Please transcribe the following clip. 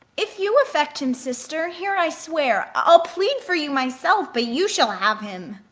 if you affect him, sister, here i swear i'll plead for you myself but you shall have him.